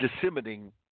disseminating